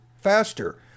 faster